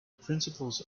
principles